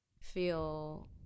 feel